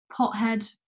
pothead